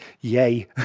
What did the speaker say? yay